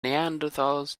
neanderthals